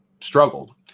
struggled